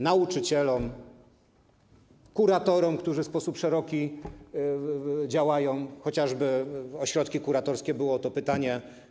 Nauczycielom, kuratorom, którzy w sposób szeroki działają - chociażby w ośrodkach kuratorskich, było o to pytanie.